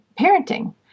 parenting